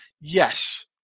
Yes